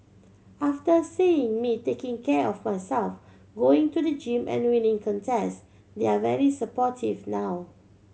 after seeing me taking care of myself going to the gym and winning contests they're very supportive now